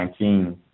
2019